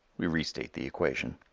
we restate the equation.